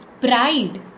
pride